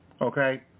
Okay